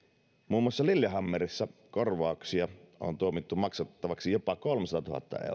muun muassa lillehammerissa korvauksia on on tuomittu maksettavaksi jopa kolmesataatuhatta euroa